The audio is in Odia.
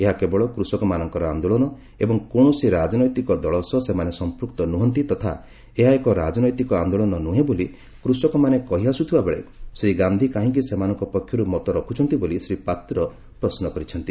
ଏହା କେବଳ କୃଷକମାନଙ୍କର ଆନ୍ଦୋଳନ ଏବଂ କୌଣସି ରାଜନୈତିକ ଦଳ ସହ ସେମାନେ ସଂପୃକ୍ତ ନୁହନ୍ତି ତଥା ଏହା ଏକ ରାଜନୈତିକ ଆନ୍ଦୋଳନ ନୁହେଁ ବୋଲି କୃଷକମାନେ କହିଆସୁଥିବା ବେଳେ ଶ୍ରୀ ଗାନ୍ଧୀ କାହିଁକି ସେମାନଙ୍କ ପକ୍ଷରୁ ମତ ରଖୁଛନ୍ତି ବୋଲି ଶ୍ରୀ ପାତ୍ର ପ୍ରଶ୍ନ କରିଛନ୍ତି